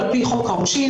על פי חוק העונשין,